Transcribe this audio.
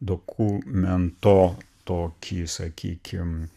dokumento tokį sakykim